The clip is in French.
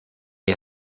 les